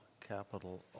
capital